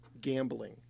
Gambling